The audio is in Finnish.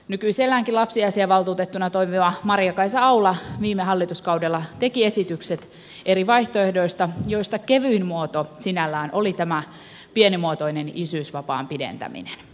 nykyiselläänkin lapsiasiavaltuutettuna toimiva maria kaisa aula viime hallituskaudella teki esitykset eri vaihtoehdoista joista kevyin muoto sinällään oli tämä pienimuotoinen isyysvapaan pidentäminen